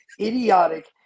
idiotic